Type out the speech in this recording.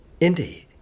Indeed